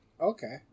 Okay